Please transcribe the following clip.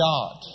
God